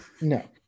No